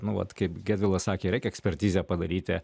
nu vat kaip gedvilas sakė reikia ekspertizę padaryti